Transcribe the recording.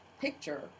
picture